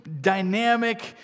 dynamic